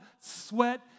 sweat